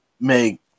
make